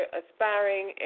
aspiring